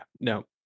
no